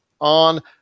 on